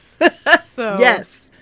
yes